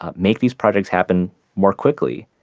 ah make these projects happen more quickly.